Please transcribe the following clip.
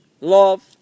Love